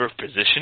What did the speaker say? position